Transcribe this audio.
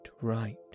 right